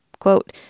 Quote